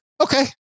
okay